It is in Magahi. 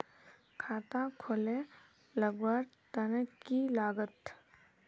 खाता खोले लगवार तने की लागत?